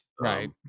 Right